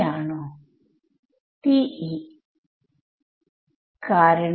എനിക്ക് Taylor's approximation Taylors approximationകിട്ടി